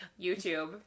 YouTube